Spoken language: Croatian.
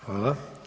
Hvala.